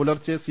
പുലർച്ചെ സി